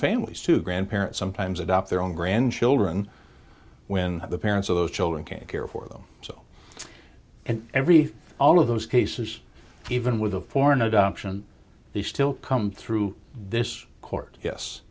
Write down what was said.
families to grandparents sometimes adopt their own grandchildren when the parents of those children can't care for them so and everything all of those cases even with a foreign adoption they still come through this court yes